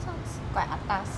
sounds quite atas